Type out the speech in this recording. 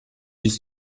east